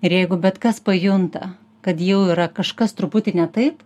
ir jeigu bet kas pajunta kad jau yra kažkas truputį ne taip